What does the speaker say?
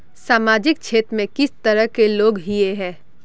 सामाजिक क्षेत्र में किस तरह के लोग हिये है?